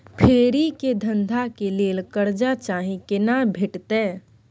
फेरी के धंधा के लेल कर्जा चाही केना भेटतै?